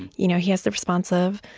you know, he has the response of,